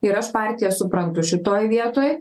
ir aš partiją suprantu šitoj vietoj